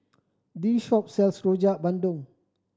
this shop sells Rojak Bandung